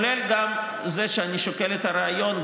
כולל גם זה שאני שוקל את הרעיון,